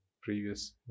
previous